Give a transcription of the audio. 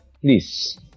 please